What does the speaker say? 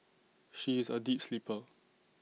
she is A deep sleeper